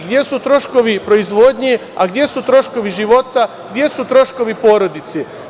Gde su troškovi proizvodnje, gde su troškovi života, gde su troškovi porodice?